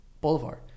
Boulevard